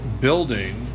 building